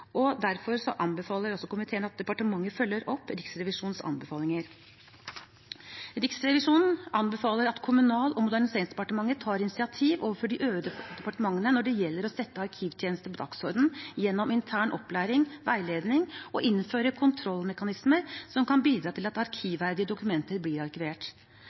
Derfor anbefaler komiteen at departementet følger opp Riksrevisjonens anbefalinger: Riksrevisjonen anbefaler at Kommunal- og moderniseringsdepartementet tar initiativ overfor de øvrige departementene når det gjelder å sette arkivtjenestene på dagsordenen, gjennom intern opplæring, veiledning og å innføre kontrollmekanismer som kan bidra til at arkivverdige dokumenter blir arkivert.